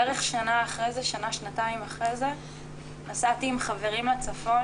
בערך שנה-שנתיים אחרי זה נסעתי עם חברים לצפון